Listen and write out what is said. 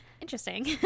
Interesting